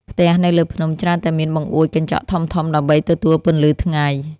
ផ្ទះនៅលើភ្នំច្រើនតែមានបង្អួចកញ្ចក់ធំៗដើម្បីទទួលពន្លឺថ្ងៃ។